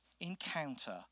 encounter